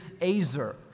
azer